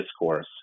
discourse